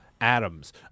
Adams